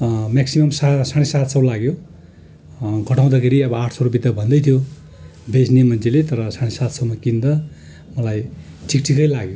maxim सा साढे सात सौ लाग्यो घटाउँदाखेरि अब आठ सौ रुपियाँ त भन्दैथ्यो बेच्ने मान्छेले तर साढे सात सौमा किन्दा मलाई ठिक ठिकै लाग्यो